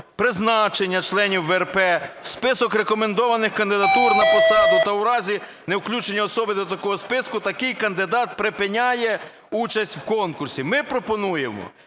призначення членів ВРП у список рекомендованих кандидатур на посаду, та в разі невключення особи до такого списку такий кандидат припиняє участь у конкурсі. Ми пропонуємо